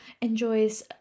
enjoys